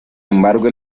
embargo